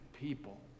people